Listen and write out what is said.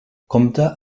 compta